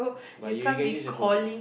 but you you you can use the portable